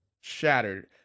shattered